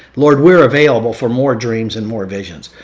lord, we're available for more dreams and more visions.